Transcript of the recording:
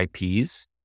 IPs